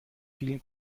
vielen